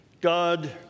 God